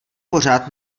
pořád